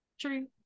true